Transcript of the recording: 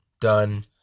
done